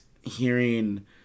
hearing